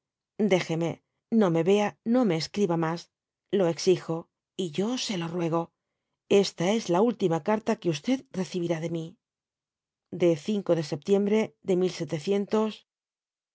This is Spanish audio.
jeme no me vea no me escriba mas lo exijo y yo se lo ruego esta es la última carta que recibirá de mi de de septiembre de